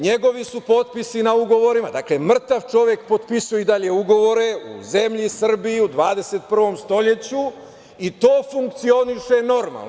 Njegovi su potpisi na ugovorima, dakle, mrtav čovek potpisuje i dalje ugovore u zemlji Srbiji u 21. veku i to funkcioniše normalno.